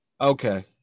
Okay